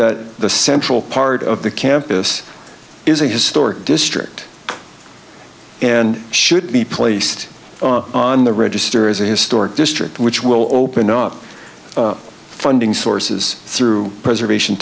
that the central part of the campus is a historic district and should be placed on the register as a historic district which will open up funding sources through preservation